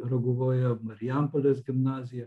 raguvoje marijampolės gimnaziją